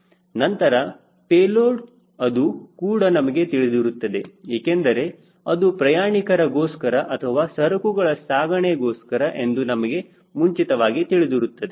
ನಂತರ ಪೇಲೋಡ್ ಅದು ಕೂಡ ನಮಗೆ ತಿಳಿದಿರುತ್ತದೆ ಏಕೆಂದರೆ ಅದು ಪ್ರಯಾಣಿಕರಗೋಸ್ಕರ ಅಥವಾ ಸರಕುಗಳ ಸಾಗಣೆ ಗೋಸ್ಕರ ಎಂದು ನಮಗೆ ಮುಂಚಿತವಾಗಿ ತಿಳಿದಿರುತ್ತದೆ